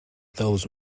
those